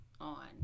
on